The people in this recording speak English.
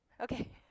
okay